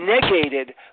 negated